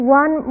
one